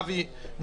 את אבי.